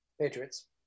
Patriots